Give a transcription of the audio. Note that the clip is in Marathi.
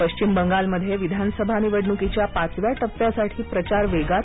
पश्चिम बंगालमध्ये विधानसभा निवडणुकीच्या पाचव्या टप्प्यासाठी प्रचार वेगात